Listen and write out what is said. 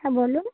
হ্যাঁ বলুন